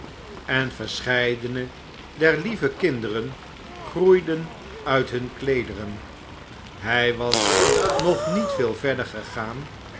en verscheidene der lieve kinderen groeiden uit hun kleederen hy was nog niet veel verder gegaan